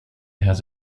has